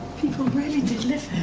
people really did live